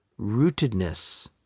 rootedness